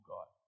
God